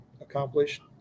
accomplished